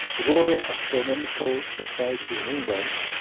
royal astronomical society in england,